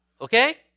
Okay